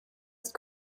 ist